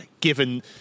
given